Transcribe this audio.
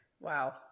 Wow